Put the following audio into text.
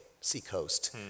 Seacoast